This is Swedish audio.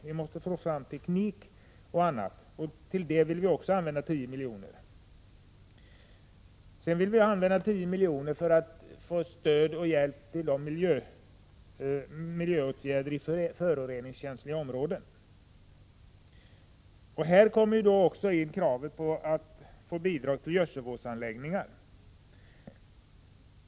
Vi måste få fram teknik och annat, och till detta vill vi också använda 10 milj.kr. Ytterligare 10 milj.kr. vill vi använda för att få stöd och hjälp till miljöåtgärder i föroreningskänsliga områden. I det sammanhanget kommer också in kravet på bidrag till gödselvårdsanläggningar.